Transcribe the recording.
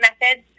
methods